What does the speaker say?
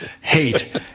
Hate